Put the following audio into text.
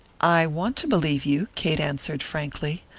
i want to believe you, kate answered, frankly,